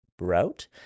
route